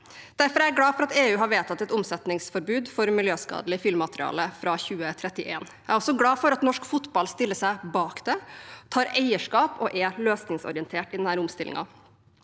Derfor er jeg glad for at EU har vedtatt et omsetningsforbud mot miljøskadelig fyllmateriale fra 2031. Jeg er også glad for at norsk fotball stiller seg bak dette, tar eierskap og er løsningsorientert i denne omstillingen.